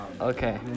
Okay